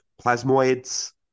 Plasmoids